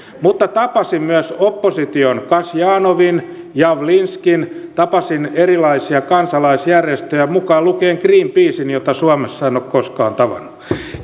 mutta tapasin myös opposition kasjanovin ja javlinskin ja tapasin erilaisia kansalaisjärjestöjä mukaan lukien greenpeacen jota suomessa en ole koskaan tavannut